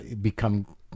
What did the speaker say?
become